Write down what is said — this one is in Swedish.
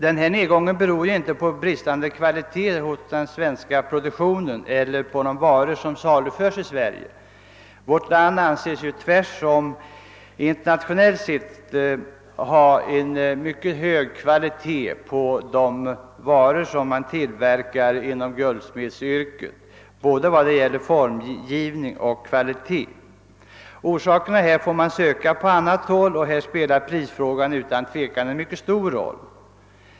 Denna nedgång beror inte på bristande kvalitet hos den svenska produktionen eller de varor som saluförs i Sverige. Vårt land anses tvärtom internationellt sett stå på ett mycket högt plan i fråga om de varor som tillverkas inom guldsmedsyrket, och detta gäller både formgivning och kvalitet. Orsakerna är att söka på annat håll. Här spelar prisfrågan utan tvivel en mycket stor roll.